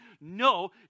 no